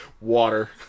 water